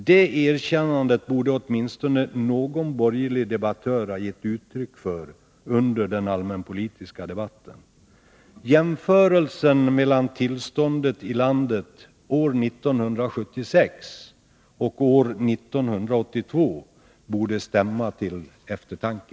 Det erkännandet borde åtminstone någon borgerlig debattör ha gett uttryck för under den allmänpolitiska debatten. Jämförelsen mellan tillståndet i landet år 1976 och år 1982 borde stämma till eftertanke.